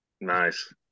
Nice